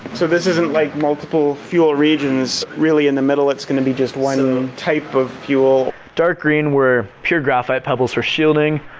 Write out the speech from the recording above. so this isn't like multiple fuel regions really in the middle it's going to be just one ah type of fuel? dark green were pure graphite pebbles for shielding.